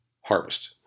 harvest